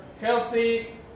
healthy